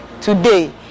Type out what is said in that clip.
Today